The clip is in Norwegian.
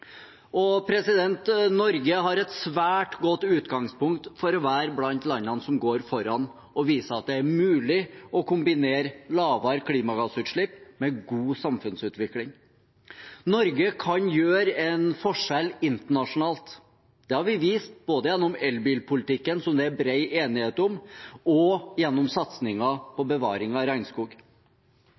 Norge har et svært godt utgangspunkt for å være blant landene som går foran og viser at det er mulig å kombinere lavere klimagassutslipp med god samfunnsutvikling. Norge kan gjøre en forskjell internasjonalt. Det har vi vist både gjennom elbilpolitikken, som det er bred enighet om, og gjennom satsingen på bevaring av regnskog.